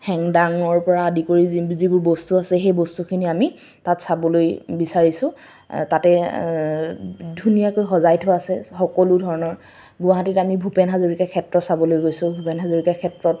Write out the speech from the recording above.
হেংদাঙৰ পৰা আদি কৰি যিবোৰ বস্তু আছে সেই বস্তুখিনি আমি তাত চাবলৈ বিচাৰিছোঁ তাতে ধুনীয়াকৈ সজাই থোৱা আছে সকলো ধৰণৰ গুৱাহাটীত আমি ভূপেন হাজৰিকাৰ ক্ষেত্ৰ চাবলৈ গৈছোঁ ভূপেন হাজৰিকাৰ ক্ষেত্ৰত